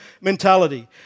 mentality